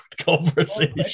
conversation